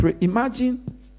Imagine